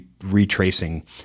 retracing